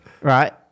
right